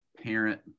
parent